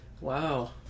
Wow